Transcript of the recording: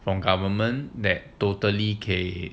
from government that totally 可以